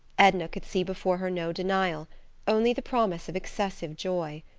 edna could see before her no denial only the promise of excessive joy.